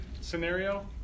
scenario